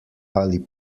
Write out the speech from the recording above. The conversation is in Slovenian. ali